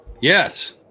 Yes